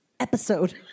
episode